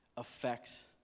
affects